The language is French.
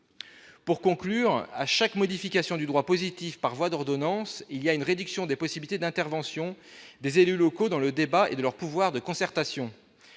pour conclure à chaque modification du droit positif par voie d'ordonnance, il y a une réduction des possibilités d'intervention des élus locaux dans le débat et de leur pouvoir de concertation,